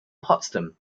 potsdam